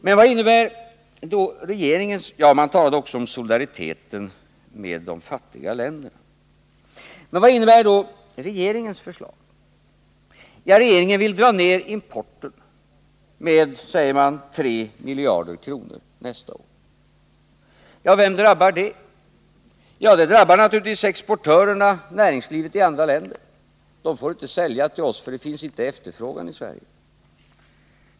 Man har också talat om solidaritet med de fattiga länderna. Men vad innebär då regeringens förslag? Regeringen vill dra ner importen med, säger man, 3 miljarder kronor nästa år. Vem drabbar det? Det drabbar naturligtvis exportörerna. Näringslivet i andra länder får inte sälja till oss, för det finns ingen efterfrågan i Sverige.